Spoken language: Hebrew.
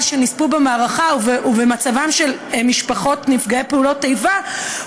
שנספו במערכה ובמצבן של משפחות נפגעי פעולות איבה,